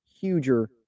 huger